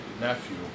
nephew